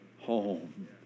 home